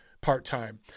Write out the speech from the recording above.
part-time